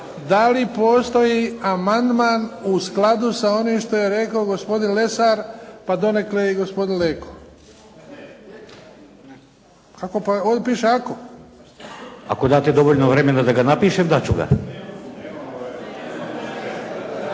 Da li postoji amandman u skladu sa onim što je rekao gospodin Lesar, pa donekle i gospodin Leko? Pa ovdje piše ako. **Lesar, Dragutin (Nezavisni)** Ako date dovoljno vremena da ga napišem, dat ću ga.